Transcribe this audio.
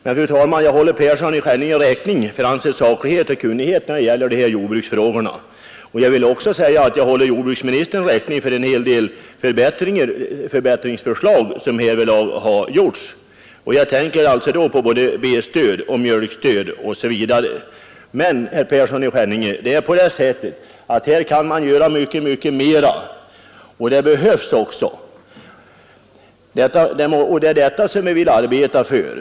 Men, fru talman, jag håller herr Persson i Skänninge räkning för hans saklighet och kunnighet när det gäller jordbruksfrågorna, och jag vill också säga att jag håller jordbruksministern räkning för en hel del förbättringsförslag som härvidlag framkommit bl.a. efter påtryckning från centern, här tänker jag på både B-stöd och mjölkstöd. Men, herr Persson i Skänninge, man kan här göra mycket mera, vilket också behövs. Det är detta vi vill arbeta för.